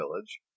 village